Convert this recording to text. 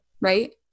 right